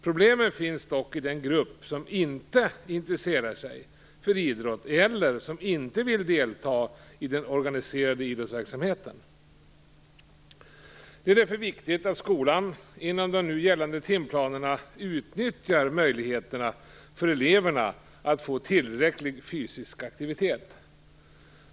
Problemen finns dock i den grupp som inte intresserar sig för idrott eller som inte vill delta i den organiserade idrottsverksamheten. Det är därför viktigt att skolan inom de nu gällande timplanerna utnyttjar möjligheterna för eleverna att få tillräcklig fysisk aktivitet.